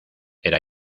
era